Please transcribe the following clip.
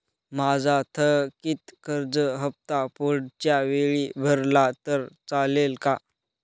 माझा थकीत कर्ज हफ्ता पुढच्या वेळी भरला तर चालेल का?